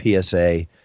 PSA